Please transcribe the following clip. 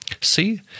See